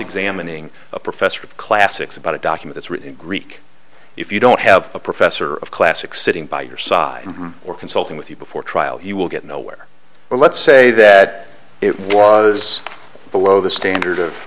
examining a professor of classics about documents written in greek if you don't have a professor of classics sitting by your side or consulting with you before trial he will get nowhere or let's say that it was below the standard of